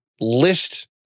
list